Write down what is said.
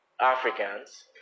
Africans